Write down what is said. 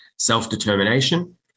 self-determination